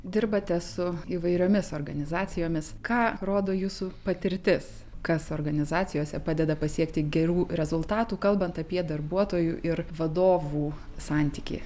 dirbate su įvairiomis organizacijomis ką rodo jūsų patirtis kas organizacijose padeda pasiekti gerų rezultatų kalbant apie darbuotojų ir vadovų santykį